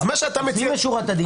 לפנים משורת הדין.